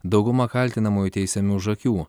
dauguma kaltinamųjų teisiami už akių